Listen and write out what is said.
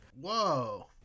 Whoa